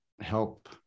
help